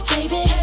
Baby